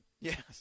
Yes